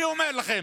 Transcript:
אני אומר לכם,